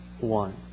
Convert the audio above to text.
one